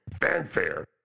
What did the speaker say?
fanfare